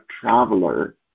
traveler